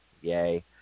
Yay